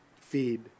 feed